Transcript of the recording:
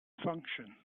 function